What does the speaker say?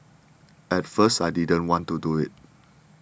at first I didn't want to do it